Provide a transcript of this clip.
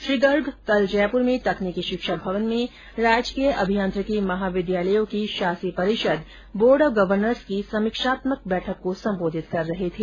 श्री गर्ग कल जयपुर में तकनीकी शिक्षा भवन में राजकीय अभियांत्रिकी महाविद्यालयों की शासी परिषद बोर्ड ऑफ गवर्नर्स की समीक्षात्मक बैठक को संबोधित कर रहे थे